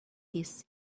this